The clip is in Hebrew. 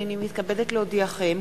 הנני מתכבדת להודיעכם,